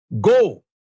go